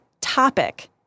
topic